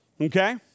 Okay